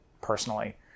personally